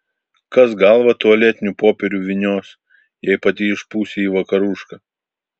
kas galvą tualetiniu popieriumi vynios jei pati išpūsi į vakarušką